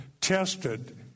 tested